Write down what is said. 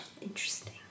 Interesting